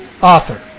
Author